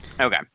Okay